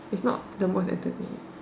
it's not the most entertaining